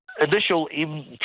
initial